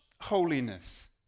holiness